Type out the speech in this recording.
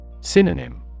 Synonym